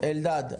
אלדד,